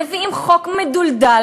מביאים חוק מדולדל,